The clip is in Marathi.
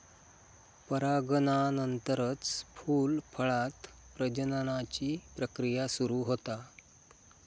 परागनानंतरच फूल, फळांत प्रजननाची प्रक्रिया सुरू होता